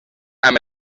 amb